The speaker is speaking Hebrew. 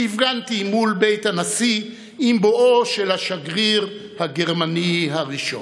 והפגנתי מול בית הנשיא עם בואו של השגריר הגרמני הראשון,